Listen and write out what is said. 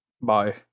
Bye